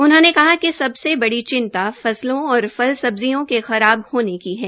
उन्होंने कहा कि सबसे बड़ी चिंता फसलों और फल सब्जियों के खराब होने की है